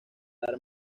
dar